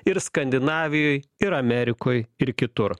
ir skandinavijoj ir amerikoj ir kitur